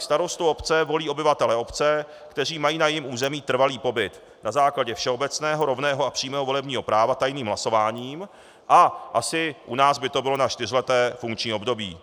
Starostu obce volí obyvatelé obce, kteří mají na jejím území trvalý pobyt, na základě všeobecného, rovného a přímého volebního práva tajným hlasováním, a asi u nás by to bylo na čtyřleté funkční období.